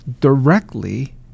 directly